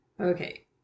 okay